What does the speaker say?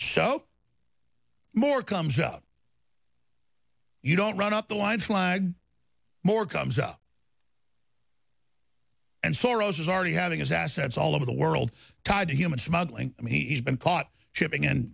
show more comes out you don't run up the line flag more comes out and soros is already having his assets all over the world tied to human smuggling i mean he's been caught shipping and